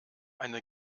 eine